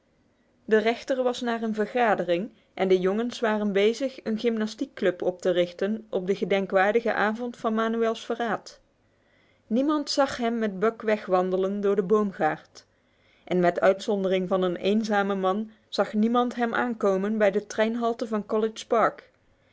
de rechter was naar een vergadering en de jongens waren bezig een gymnastiekclub op te richten op de gedenkwaardige avond van manuel's verraad niemand zag hem met buck wegwandelen door de boomgaard en met uitzondering van een eenzamen man zag niemand hem aankomen bij de treinhalte van college park